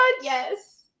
Yes